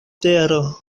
tero